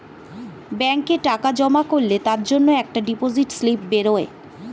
ব্যাংকে টাকা জমা করলে তার জন্যে একটা ডিপোজিট স্লিপ বেরোয়